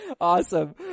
Awesome